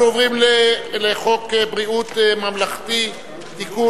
אנחנו עוברים להצעת חוק ביטוח בריאות ממלכתי (תיקון,